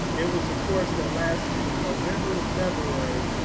it was a course that lasted from november to february.